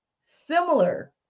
similar